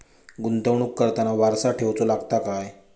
गुंतवणूक करताना वारसा ठेवचो लागता काय?